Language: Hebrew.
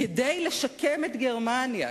כדי לשקם את גרמניה,